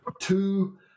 two